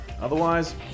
Otherwise